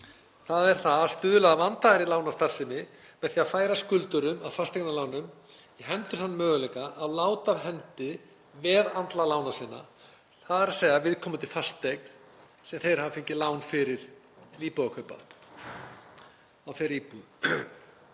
skýrt, að stuðla að vandaðri lánastarfsemi með því að færa skuldurum að fasteignalánum í hendur þann möguleika að láta af hendi veðandlag lána sinna, þ.e. viðkomandi fasteign sem þeir hafa fengið lán fyrir til íbúðarkaupa, á þeirri íbúð.